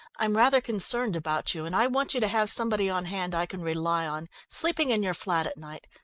i'm rather concerned about you, and i want you to have somebody on hand i can rely on, sleeping in your flat at night.